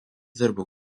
dirbo